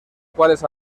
cuales